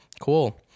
Cool